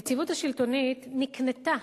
היציבות השלטונית נקנתה